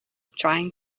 trying